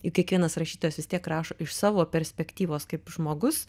juk kiekvienas rašytojas vis tiek rašo iš savo perspektyvos kaip žmogus